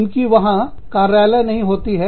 उनकी वहां कार्यालय नहीं होती है